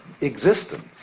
existence